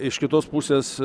iš kitos pusės